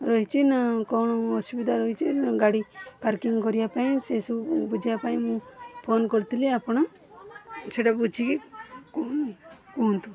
ରହିଛି ନା କଣ ଅସୁବିଧା ରହିଛି ନା ଗାଡ଼ି ପାର୍କିଙ୍ଗ୍ କରିବା ପାଇଁ ସେସବୁ ବୁଝିବା ପାଇଁ ମୁଁ ଫୋନ୍ କରିଥିଲି ଆପଣ ସେଇଟା ବୁଝିକି କୁହ କୁହନ୍ତୁ